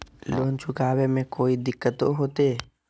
Loan चुकाने में कोई दिक्कतों होते?